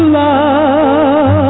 love